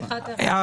אם נאשר את החוק,